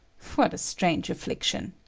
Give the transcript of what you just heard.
what a strange affliction!